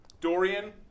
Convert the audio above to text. Dorian